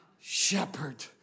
shepherd